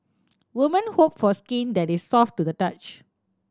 women hope for skin that is soft to the touch